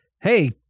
Hey